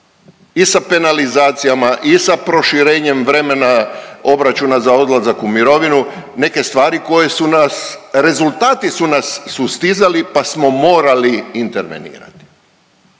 i sa penalizacijama i sa proširenjem vremena obračuna za odlazak u mirovinu, neke stvari koje su nas, rezultati su nas sustizali, pa smo morali intervenirati.